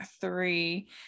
three